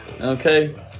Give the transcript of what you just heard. okay